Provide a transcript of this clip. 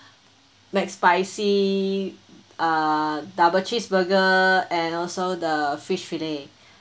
mcspicy uh double cheeseburger and also the fish fillet